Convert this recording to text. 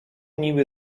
niby